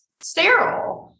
sterile